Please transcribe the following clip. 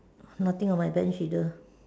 nothing on my bench either